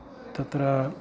तत्र